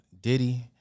Diddy